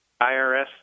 IRS